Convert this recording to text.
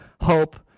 hope